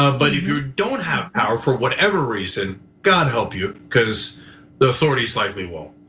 ah but if you don't have power for whatever reason, god help you because the authorities likely will.